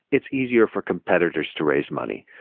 it's easier for competitors to raise money.